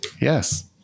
Yes